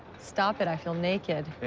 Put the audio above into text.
stop it. i feel naked.